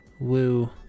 Woo